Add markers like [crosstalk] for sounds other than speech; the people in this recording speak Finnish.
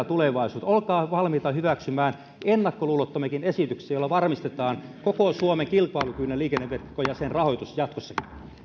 [unintelligible] tulevaisuuteen olkaa valmiita hyväksymään ennakkoluulottomiakin esityksiä joilla varmistetaan koko suomen kilpailukykyinen liikenneverkko ja sen rahoitus